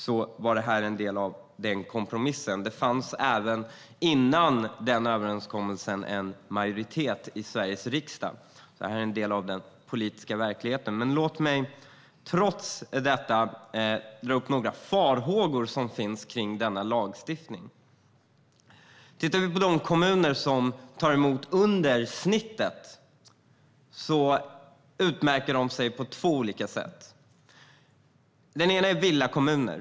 Det fanns en majoritet i Sveriges riksdag för detta även före överenskommelsen. Detta är en del av den politiska verkligheten. Låt mig trots detta måla upp några farhågor som finns kring lagstiftningen. Om vi tittar på de kommuner som tar emot under snittet ser vi att de utmärker sig på två olika sätt. Den ena sorten är villakommuner.